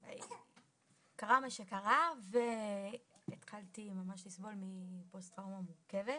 קרה מה שקרה והתחלתי ממש לסבול מפוסט טראומה מורכבת,